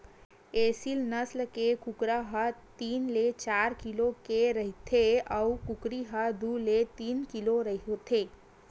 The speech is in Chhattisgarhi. एसील नसल के कुकरा ह तीन ले चार किलो के रहिथे अउ कुकरी ह दू ले तीन किलो होथे